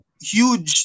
huge